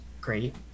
great